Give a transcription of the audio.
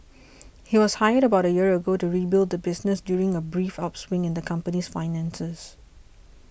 he was hired about a year ago to rebuild the business during a brief upswing in the company's finances